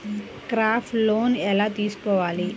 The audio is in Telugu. క్రాప్ లోన్ ఎలా తీసుకోవాలి?